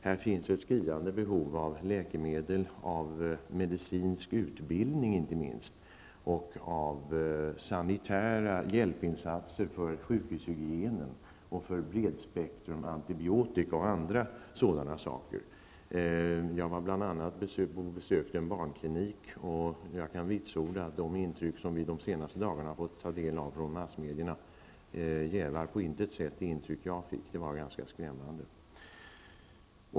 Här finns ett skriande behov av läkemedel, av inte minst medicinsk utbildning, av sanitära hjälpinsatser för sjukhushygienen och för bredspektrumantibiotika och andra sådana saker. Bl.a. besökte jag en barnklinik, och jag kan vitsorda att det intryck som vi de senaste dagarna har fått ta del av i massmedierna på intet sätt jävar det intryck som jag fick. Det var ganska skrämmande.